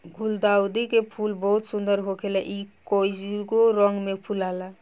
गुलदाउदी के फूल बहुत सुंदर होखेला इ कइगो रंग में फुलाला